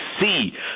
see